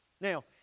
now